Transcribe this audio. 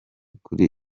kuri